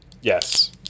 Yes